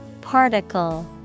particle